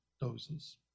doses